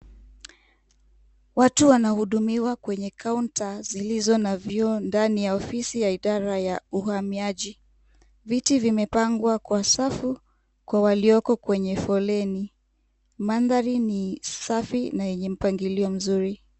Watu wanahudumiwa kwenye kaunta zilizo na vioo ndani ya ofisi ya idara ya uhamiaji. Viti vimepangwa kwa safu kwa walioko kwenye foleni. Mandhari ni safi na yenye mpangilio mzuri.